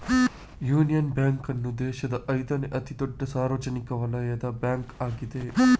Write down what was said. union Bank ಅನ್ನು ದೇಶದ ಐದನೇ ಅತಿ ದೊಡ್ಡ ಸಾರ್ವಜನಿಕ ವಲಯದ ಬ್ಯಾಂಕ್ ಆಗಿದೆ